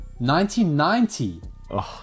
1990